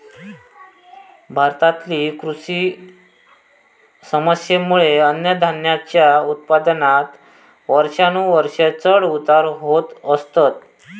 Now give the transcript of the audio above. भारतातील कृषी समस्येंमुळे अन्नधान्याच्या उत्पादनात वर्षानुवर्षा चढ उतार होत असतत